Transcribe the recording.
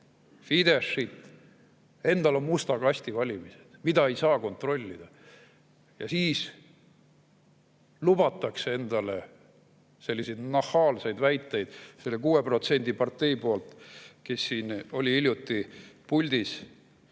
Fideszit! Endal on musta kasti valimised, mida ei saa kontrollida! Ja siis lubatakse endale selliseid nahaalseid väiteid selle 6% partei poolt, kes siin oli hiljuti puldis.